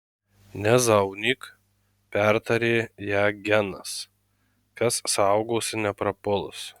nezaunyk pertarė ją genas kas saugosi neprapuls